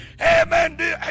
Amen